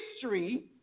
history